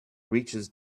reaches